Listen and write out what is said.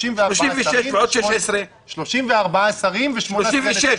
36 ועוד 16. 34 שרים ושמונה סגני שרים.